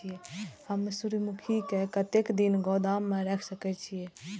हम सूर्यमुखी के कतेक दिन गोदाम में रख सके छिए?